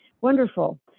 wonderful